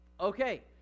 Okay